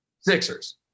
Sixers